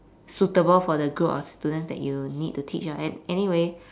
suitable for the group of students that you need to teach ah a~ anyway